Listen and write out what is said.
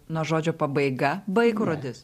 nuo žodžio pabaiga baikrodis